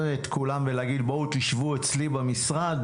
את כולם ולהגיד בואו תשבו אצלי במשרד,